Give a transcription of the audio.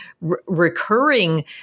recurring